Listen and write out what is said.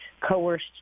coerced